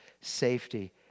safety